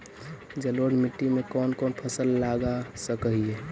जलोढ़ मिट्टी में कौन कौन फसल लगा सक हिय?